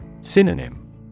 Synonym